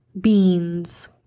beans